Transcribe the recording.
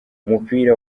umupira